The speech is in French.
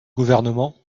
gouvernement